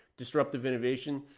disruptive innovation,